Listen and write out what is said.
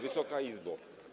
Wysoka Izbo!